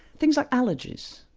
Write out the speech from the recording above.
things like allergies,